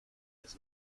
his